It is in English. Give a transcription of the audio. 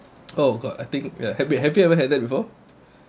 oh god I think ya have you ever had that before